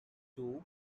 too